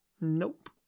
nope